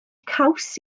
caws